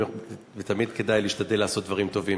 ותמיד כדאי להשתדל לעשות דברים טובים,